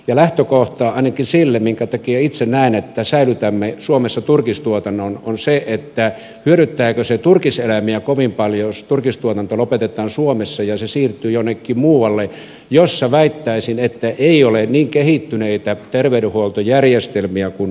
lähtökohta ainakin sille minkä takia itse näen että säilytämme suomessa turkistuotannon on se hyödyttääkö se turkiseläimiä kovin paljon jos turkistuotanto lopetetaan suomessa ja se siirtyy jonnekin muualle missä väittäisin ei ole niin kehittyneitä terveydenhuoltojärjestelmiä kuin suomessa on